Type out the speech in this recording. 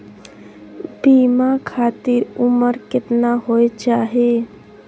बीमा खातिर उमर केतना होय चाही?